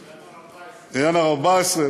ינואר 2014. ינואר 2014,